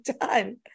done